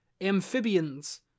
amphibians